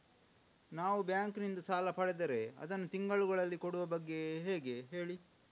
ನಾವು ಬ್ಯಾಂಕ್ ನಿಂದ ಸಾಲ ಪಡೆದರೆ ಅದನ್ನು ತಿಂಗಳುಗಳಲ್ಲಿ ಕೊಡುವ ಬಗ್ಗೆ ಹೇಗೆ ಹೇಳಿ